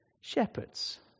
Shepherds